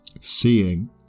seeing